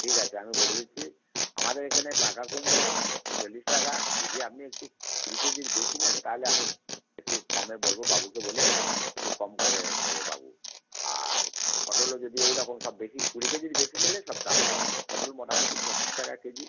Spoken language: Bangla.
ঠিক আছে আমি বলে দিচ্ছি আমাদের এখানে পাকা কুমড়ো চল্লিশ টাকা যদি আপনি একটু কুড়ি কেজির বেশি নেন তাহলে আমি একটু কমে বলবো বাবুকে বলে একটু কম করে নেবে বাবু আর পটলও যদি ওই রকম সব বেশি কুড়ি কেজির বেশি নিলে সব দাম কম পটল মোটামোটি পঁচিশ টাকা কেজি